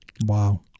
Wow